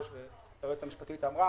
כמו שהיושב-ראש והיועצת המשפטית אמרו,